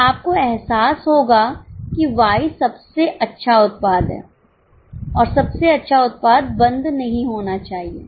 तो आपको एहसास होगा कि Yसबसे अच्छा उत्पाद है और सबसे अच्छा उत्पाद बंद नहीं होना चाहिए